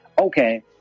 Okay